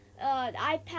iPad